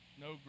No